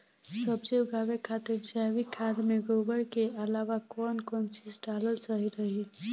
सब्जी उगावे खातिर जैविक खाद मे गोबर के अलाव कौन कौन चीज़ डालल सही रही?